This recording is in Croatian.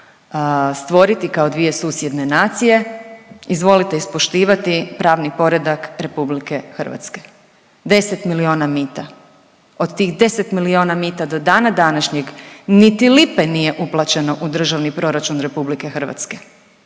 stvoriti kao dvije susjedne nacije izvolite ispoštivati pravni poredak RH, 10 milijona mita. Od tih 10 milijona mita do dana današnjeg niti lipe nije uplaćeno u državni proračun RH, a da ne